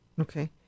Okay